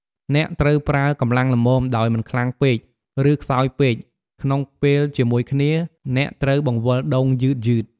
អ្នកត្រូវប្រើកម្លាំងល្មម ដោយមិនខ្លាំងពេក ឬខ្សោយពេក ក្នុងពេលជាមួយគ្នា អ្នកត្រូវបង្វិលដូងយឺតៗ។